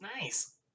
Nice